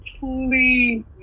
Please